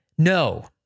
No